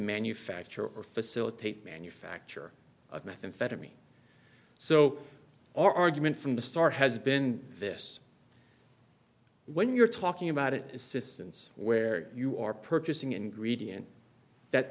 manufacture or facilitate manufacture of methamphetamine so our argument from the start has been this when you're talking about it assistance where you are purchasing ingredient that